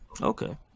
Okay